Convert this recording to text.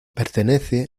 pertenece